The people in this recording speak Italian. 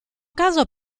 caso